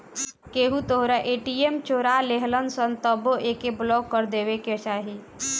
केहू तोहरा ए.टी.एम चोरा लेहलस तबो एके ब्लाक कर देवे के चाही